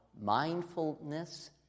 mindfulness